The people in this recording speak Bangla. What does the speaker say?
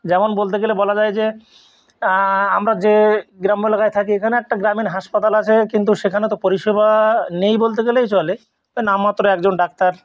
যেমন বলতে গেলে বলা যায় যে আমরা যে গ্রাম্য এলাকায় থাকি এখানে একটা গ্রামীণ হাসপাতাল আছে কিন্তু সেখানে তো পরিষেবা নেই বলতে গেলেই চলে নামমাত্র একজন ডাক্তার